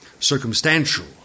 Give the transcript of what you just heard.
Circumstantial